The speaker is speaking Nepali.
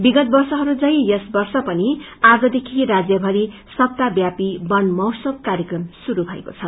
विगत वर्षहरू झै स वर्ष पनि आजदेखि राज्यभरि सप्ताहब्यापी बन महोत्सव र्कायक्रम श्रुरू भएको छ